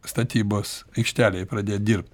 statybos aikštelėj pradėt dirbt